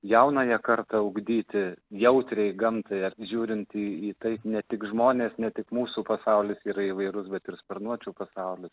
jaunąją kartą ugdyti jautriai gamtai ar žiūrint į į tai ne tik žmonės ne tik mūsų pasaulis yra įvairus bet ir sparnuočių pasaulis